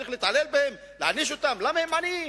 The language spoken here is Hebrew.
צריך להתעלל בהם, להעניש אותם, למה הם עניים?